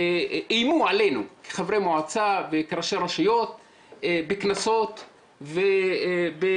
איימו עלינו כחברי מועצה וכראשי רשויות בקנסות ובסנקציות